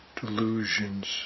delusions